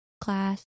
class